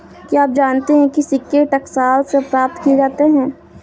क्या आप जानते है सिक्के टकसाल से प्राप्त किए जाते हैं